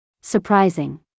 Surprising